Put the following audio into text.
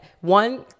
one